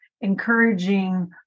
encouraging